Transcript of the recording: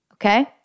Okay